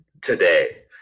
today